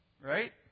Right